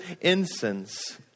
incense